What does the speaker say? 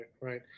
right